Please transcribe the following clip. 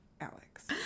Alex